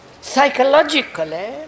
psychologically